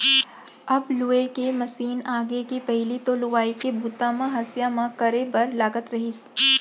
अब लूए के मसीन आगे हे पहिली तो लुवई के बूता ल हँसिया म करे बर लागत रहिस